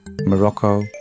Morocco